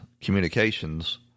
communications